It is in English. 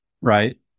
Right